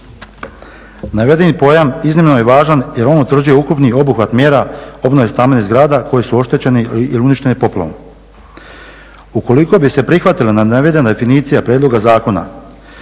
Navedeni pojam iznimno je važan jer on utvrđuje ukupni obuhvat mjera obnove stambenih zgrada koje su oštećene ili uništene poplavom. Ukoliko bi se prihvatila navedena definicija prijedloga zakona